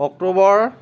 October